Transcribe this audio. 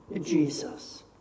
Jesus